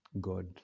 God